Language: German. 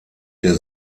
der